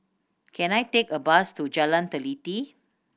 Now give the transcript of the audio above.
can I take a bus to Jalan Teliti